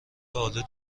آلو